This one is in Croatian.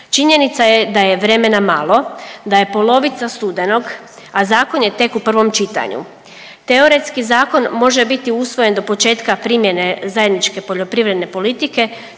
Činjenica je da je vremena malo, da je polovica studenog, a zakon je tek u prvom čitanju. Teoretski zakon može biti usvojen do početka primjene zajedničke poljoprivredne politike